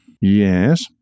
Yes